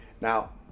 Now